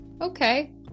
okay